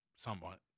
somewhat